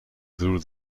through